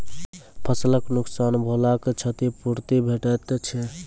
फसलक नुकसान भेलाक क्षतिपूर्ति भेटैत छै?